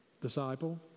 disciple